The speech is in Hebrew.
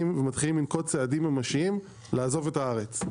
ומתחילים לנקוט בצעדים ממשיים לעזוב את הארץ.